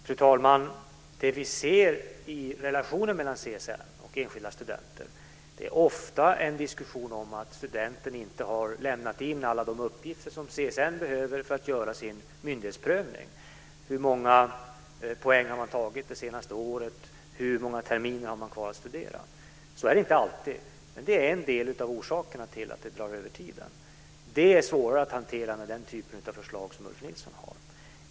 Fru talman! Det vi ser i relationen mellan CSN och enskilda studenter är ofta en diskussion om att studenten inte har lämnat in alla de uppgifter som CSN behöver för att göra sin myndighetsprövning - hur många poäng man har tagit under de senaste året och hur många terminer man har kvar att studera. Så är det inte alltid. Men det är en del av orsakerna till att det drar ut på tiden. Det är svårare att hantera med den typ av förslag som Ulf Nilsson har.